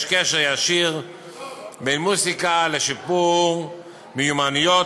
יש קשר ישיר בין מוזיקה לשיפור מיומנויות